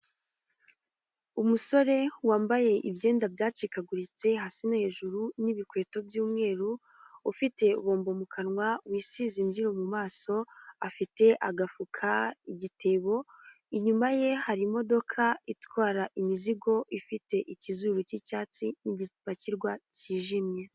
Umusore wambaye ibyenda byacikaguritse hasi no hejuru n'ibikweto by'umweru, ufite bombo mu kanwa wisize imbyiyinro mu maso, afite agafuka, igitebo, inyuma ye hari imodoka itwara imizigo ifite ikizuru cy'icyatsi n'igipakirwa cyijimye.